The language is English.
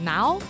Now